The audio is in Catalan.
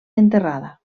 enterrada